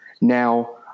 Now